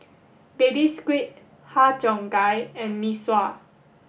Baby Squid har Cheong Gai and Mee Sua